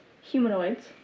humanoids